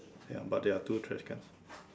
ya but there are two trash cans